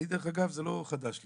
אני דרך אגב זה לא חדש לי.